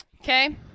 Okay